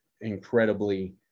incredibly